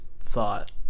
thought